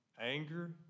Anger